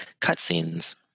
cutscenes